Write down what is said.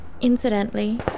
incidentally